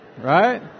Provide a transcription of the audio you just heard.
right